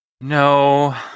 No